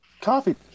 coffee